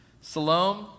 Salome